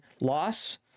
loss